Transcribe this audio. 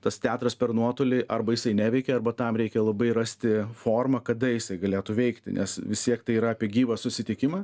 tas teatras per nuotolį arba jisai neveikė arba tam reikėjo labai rasti formą kada jisai galėtų veikti nes vis tiek tai yra apie gyvą susitikimą